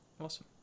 Awesome